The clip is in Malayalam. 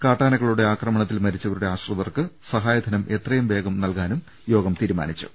കാട്ടാനകളുടെ ആക്രമണത്തിൽ മരി ച്ചവരുടെ ആശ്രിതർക്ക് സഹായധനം എത്രയും വേഗ ത്തിൽ നൽകാനും യോഗം തീരുമാനിച്ചു